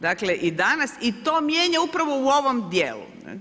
Dakle i danas i to mijenja upravo u ovom djelu.